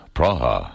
Praha